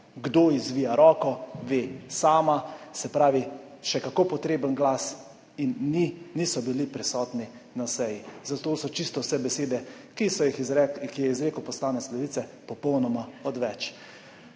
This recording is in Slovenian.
kdo ji zvija roko, ve sama, se pravi še kako potreben glas in niso bili prisotni na seji. Zato so čisto vse besede, ki jih je izrekel poslanec Levice, popolnoma odveč.